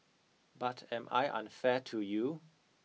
but am I unfair to you